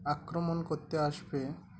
আক্রমণ করতে আসবে